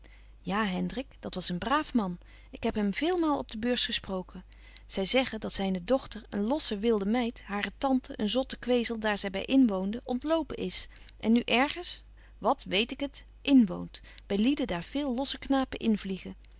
ja hendrik dat was een braaf man ik heb hem veelmaal op de beurs gesproken zy zeggen dat zyne dochter een losse wilde meid hare tante een zotte kwezel daar zy by inwoonde ontlopen is en nu ergens wat weet ik het inwoont by lieden daar veel losse knapen invliegen